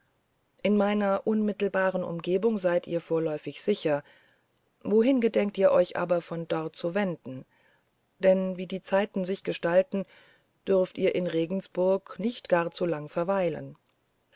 in meiner unmittelbaren umgebung seid ihr vorläufig sicher wohin gedenkt ihr euch aber von dort zu wenden denn wie die zeiten sich gestalten dürft ihr in regensburg nicht gar zu lange verweilen